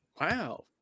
Wow